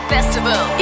Festival